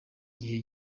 gihe